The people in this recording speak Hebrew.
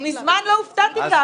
ואו, מזמן לא הופתעתי ככה.